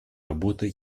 работа